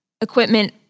equipment